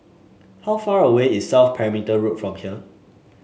how far away is South Perimeter Road from here